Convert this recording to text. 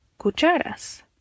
cucharas